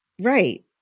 Right